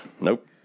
Nope